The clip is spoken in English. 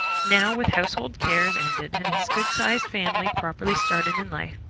now, with household cares ended and his good-sized family properly started in life,